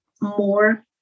more